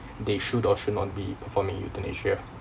they should or should not be performing euthanasia